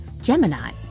Gemini